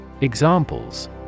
Examples